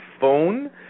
phone